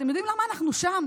אתם יודעים למה אנחנו שם?